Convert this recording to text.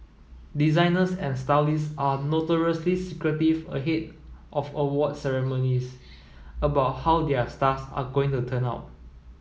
designers and stylists are notoriously secretive ahead of awards ceremonies about how their stars are going to turn out